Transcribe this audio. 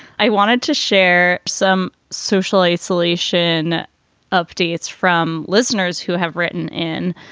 i wanted to share some social isolation updates from listeners who have written in.